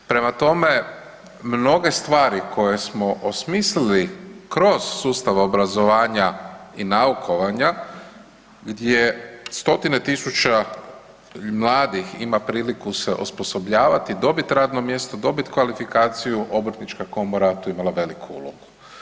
Prema tome, mnoge stvari koje smo osmislili kroz sustav obrazovanja i naukovanja gdje stotine tisuća mladih ima priliku se osposobljavati i dobit radno mjesto, dobit kvalifikaciju obrtnička komora je tu imala veliku ulogu.